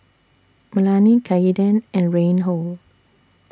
Melany Kaeden and Reinhold